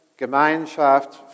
Gemeinschaft